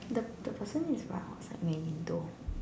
the the button is right on the main door